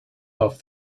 off